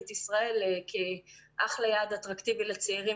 את ישראל כאחלה יעד אטרקטיבי לצעירים,